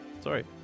Sorry